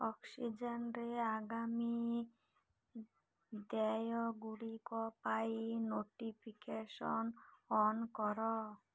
ଅକ୍ସିଜେନ୍ରେ ଆଗାମୀ ଦେୟଗୁଡ଼ିକ ପାଇଁ ନୋଟିଫିକେସନ୍ ଅନ୍ କର